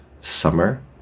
summer